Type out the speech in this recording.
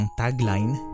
tagline